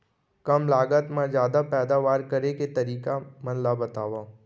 कम लागत मा जादा पैदावार करे के तरीका मन ला बतावव?